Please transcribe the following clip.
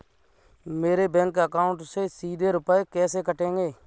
मेरे bank account से सीधे रुपए कैसे कटेंगे?